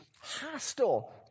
hostile